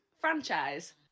franchise